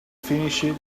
finished